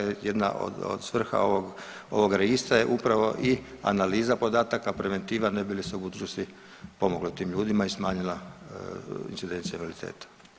Jedna od svrha ovog registra je upravo i analiza podataka, preventiva ne bi li se u budućnosti pomoglo tim ljudima i smanjila incidencija invaliditeta.